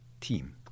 team